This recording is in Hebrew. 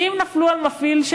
ואם נפלו על מפעיל,